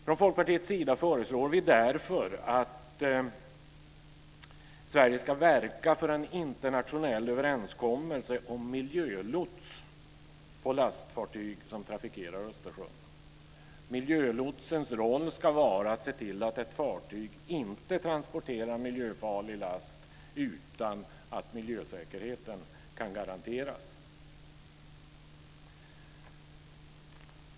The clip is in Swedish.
Från Folkpartiets sida föreslår vi därför att Sverige ska verka för en internationell överenskommelse om miljölots på lastfartyg som trafikerar Östersjön. Miljölotsens roll ska vara att se till att ett fartyg inte transporterar miljöfarlig last utan att miljösäkerheten kan garanteras.